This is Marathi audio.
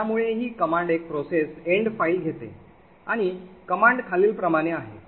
त्यामुळे ही command एक प्रोसेस end file घेते आणि command खालीलप्रमाणे आहे